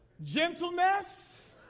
gentleness